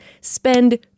spend